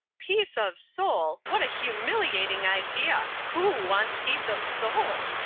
peace of soul! what a humiliating idea! who wants peace of soul?